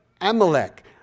Amalek